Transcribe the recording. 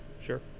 Sure